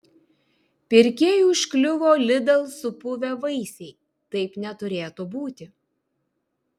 pirkėjui užkliuvo lidl supuvę vaisiai taip neturėtų būti